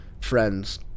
friends